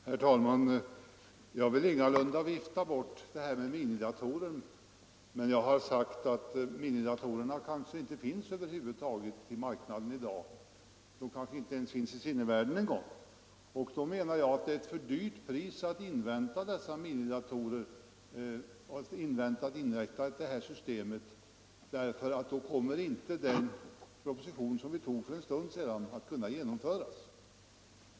Herr talman! Jag vill ingalunda vifta bort förslaget om minidatorer, men jag har sagt att minidatorer över huvud taget kanske inte finns i marknaden i dag — kanske inte ens i sinnevärlden. Då kan det stå oss alltför dyrt att invänta ett system med minidatorer, därför att då kommer inte den proposition som vi tog för en stund sedan att kunna genomföras.